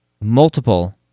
multiple